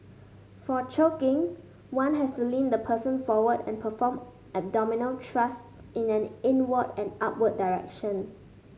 for choking one has to lean the person forward and perform abdominal thrusts in an inward and upward direction